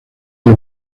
del